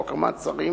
בחוק המעצרים.